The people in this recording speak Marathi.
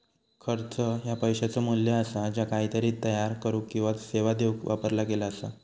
खर्च ह्या पैशाचो मू्ल्य असा ज्या काहीतरी तयार करुक किंवा सेवा देऊक वापरला गेला असा